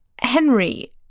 Henry